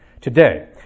today